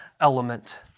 element